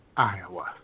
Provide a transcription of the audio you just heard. Iowa